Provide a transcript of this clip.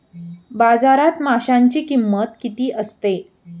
बाजारात माशांची किंमत किती असते?